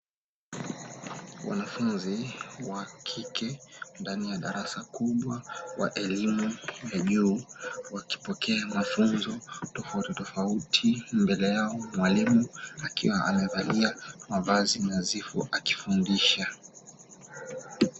Wanafunzi wakike ndani ya darasa kubwa wa elimu ya juu wakipokea mafunzo tofauti tofauti, mbele yao mwalimu akiwa amevalia mavazi nadhifu akifundisha.